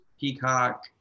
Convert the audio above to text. Peacock